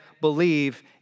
believe